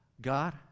God